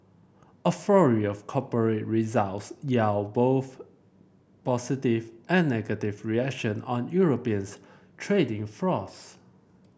a flurry of corporate results yield both positive and negative reaction on European's trading floors